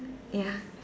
ya